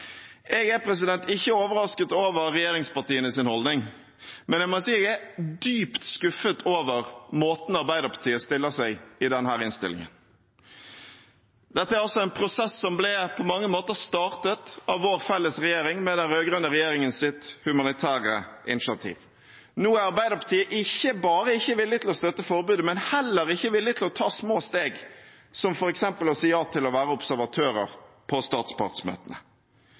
Jeg er ikke overrasket over regjeringspartienes holdning, men jeg må si jeg er dypt skuffet over måten Arbeiderpartiet stiller seg i denne innstillingen. Dette er en prosess som på mange måter ble startet av vår felles regjering, med den rød-grønne regjeringens humanitære initiativ. Nå er Arbeiderpartiet ikke bare ikke villig til å støtte forbudet, men de er heller ikke villig til å ta små steg, som f.eks. å si ja til å være observatører på statspartsmøtene.